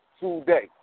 today